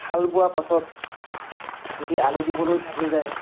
হাল বোৱা পাছত যদি আলি দিবলৈ থাকি যায়